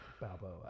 balboa